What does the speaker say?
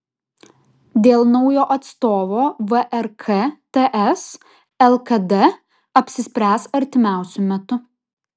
dėl naujo atstovo vrk ts lkd apsispręs artimiausiu metu